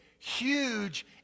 Huge